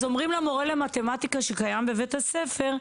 אז אומרים למורה למתמטיקה שקיים בבית הספר,